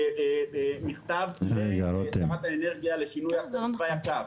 מכתב משרת האנרגיה לשינוי תוואי הקו.